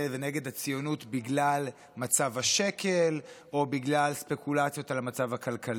ונגד הציונות בגלל מצב השקל או בגלל ספקולציות על המצב הכלכלי.